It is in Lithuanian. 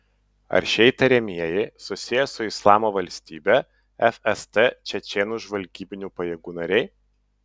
ar šie įtariamieji susiję su islamo valstybe fst čečėnų žvalgybinių pajėgų nariai